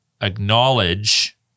acknowledge